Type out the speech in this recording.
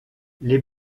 les